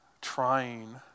trying